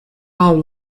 all